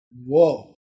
whoa